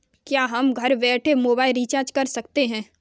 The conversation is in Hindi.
क्या हम घर बैठे मोबाइल रिचार्ज कर सकते हैं?